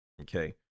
Okay